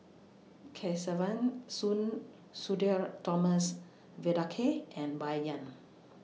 Kesavan Soon Sudhir Thomas Vadaketh and Bai Yan